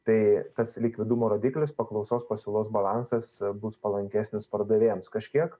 tai kas likvidumo rodiklis paklausos pasiūlos balansas bus palankesnis pardavėjams kažkiek